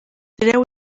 tireu